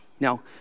Now